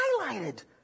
highlighted